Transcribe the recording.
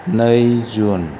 नै जुन